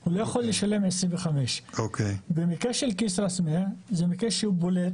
הוא לא יכול לשלם 25. המקרה של כיסרא-סמיע הוא מקרה בולט.